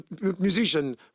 musician